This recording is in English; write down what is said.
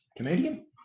Canadian